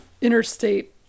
interstate